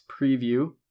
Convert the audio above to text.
preview